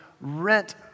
rent